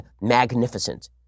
magnificent